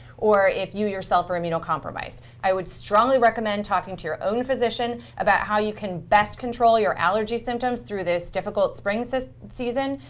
or if you yourself are immunocompromised. i would strongly recommend talking to your own physician about how you can best control your allergy symptoms through this difficult spring so season.